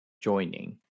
joining